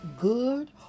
good